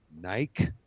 Nike